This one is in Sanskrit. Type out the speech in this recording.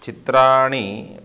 चित्राणि